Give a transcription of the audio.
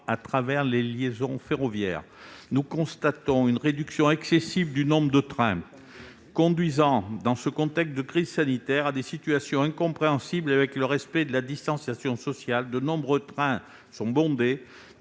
par les liaisons ferroviaires. En effet, nous constatons une réduction excessive du nombre de trains conduisant, dans ce contexte de crise sanitaire, à des situations incompatibles avec le respect de la distanciation sociale. De nombreux trains sont bondés.